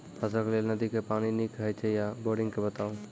फसलक लेल नदी के पानि नीक हे छै या बोरिंग के बताऊ?